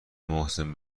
محسن